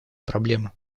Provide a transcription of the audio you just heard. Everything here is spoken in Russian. проблему